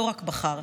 לא רק בחר,